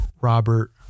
Robert